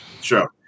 sure